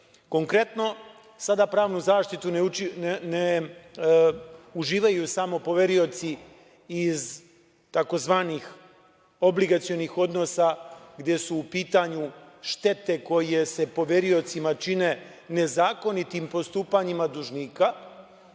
sada pravnu zaštitu ne uživaju samo poverioci iz tzv. obligacionih odnosa gde su u pitanju štete koje se poveriocima čine nezakonitim postupanjima dužnika